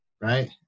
right